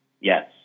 Yes